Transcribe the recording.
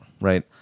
right